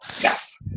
yes